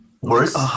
Worse